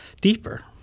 deeper